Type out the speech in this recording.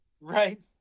Right